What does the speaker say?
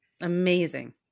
amazing